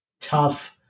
tough